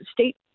state